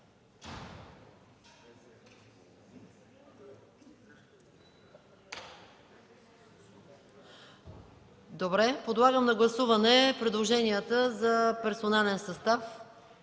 Ще подложа на гласуване предложенията за персонален състав